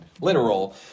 literal